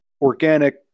organic